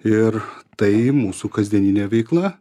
ir tai mūsų kasdieninė veikla